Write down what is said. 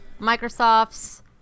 Microsoft's